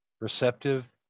Receptive